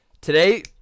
Today